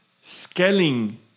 scaling